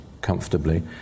comfortably